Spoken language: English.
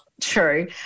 True